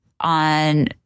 on